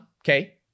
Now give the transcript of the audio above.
okay